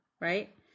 right